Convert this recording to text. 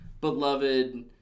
beloved